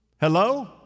Hello